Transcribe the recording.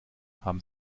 haben